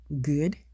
good